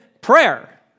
prayer